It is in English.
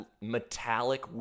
metallic